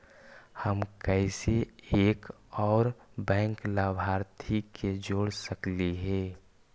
हम कैसे एक और बैंक लाभार्थी के जोड़ सकली हे?